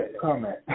comment